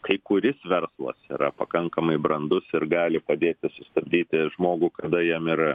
kai kuris verslas yra pakankamai brandus ir gali padėti sustabdyti žmogų kada jam ir